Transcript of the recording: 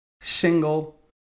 single